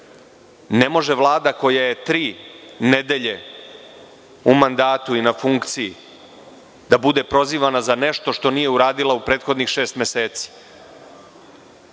Ne može Vlada koja je tri nedelje u mandatu, i na funkciji, da bude prozivana za nešto što nije uradila u prethodnih šest meseci.